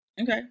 Okay